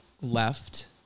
left